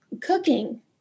cooking